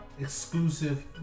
exclusive